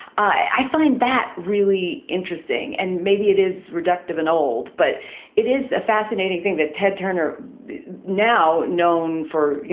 i find that really interesting and maybe it is reductive and old, but it is a fascinating thing that ted turner now known for. you